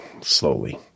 slowly